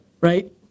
right